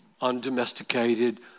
undomesticated